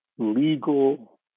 legal